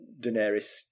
Daenerys